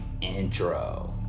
intro